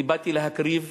אני באתי להקריב,